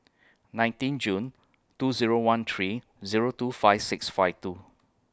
nineteen June two Zero one three Zero two five six five two